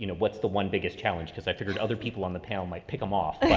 you know what's the one biggest challenge? cause i figured other people on the panel might pick them off,